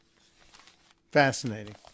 Fascinating